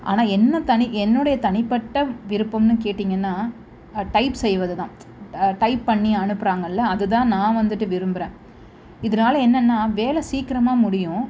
ஆனால் என்ன தனி என்னுடைய தனிப்பட்ட விருப்பம்னு கேட்டீங்கன்னால் டைப்ஸ் செய்வது தான் டைப் பண்ணி அனுப்புகிறாங்கள்ல அதுதான் நான் வந்துட்டு விரும்புகிறேன் இதனால என்னென்னா வேலை சீக்கிரமாக முடியும்